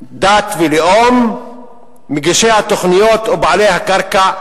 דת ולאום מגישי התוכניות או בעלי הקרקע,